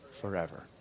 forever